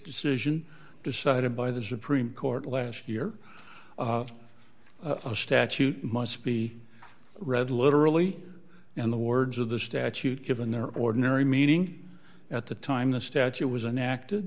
decision decided by the supreme court last year a statute must be read literally in the words of the statute given their ordinary meaning at the time the statute was an act